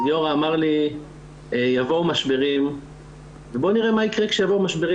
אז גיורא אמר לי 'יבואו משברים ובוא נראה מה יקרה כשיבואו משברים,